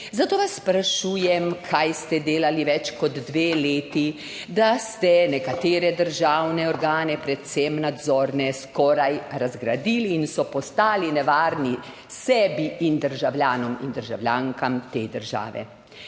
Zato vas sprašujem: Kaj ste delali več kot dve leti, da ste nekatere državne organe, predvsem nadzorne, skoraj razgradili in so postali nevarni sebi in državljanom in državljankam te države?